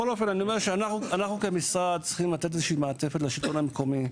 אנחנו כמשרד צריכים לתת איזושהי מעטפת לשלטון המקומי.